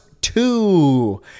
two